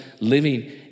living